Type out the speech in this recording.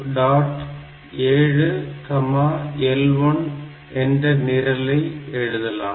7L1 என்ற நிரலை எழுதலாம்